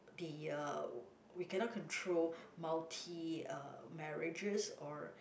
the uh we cannot control multi uh marriages or